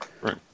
Right